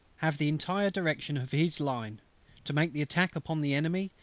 have the entire direction of his line to make the attack upon the enemy,